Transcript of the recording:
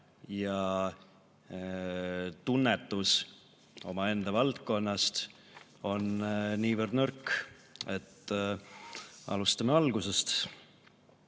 ja tunnetus omaenda valdkonnast on niivõrd nõrk. Alustame algusest.